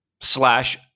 slash